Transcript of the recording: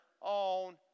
on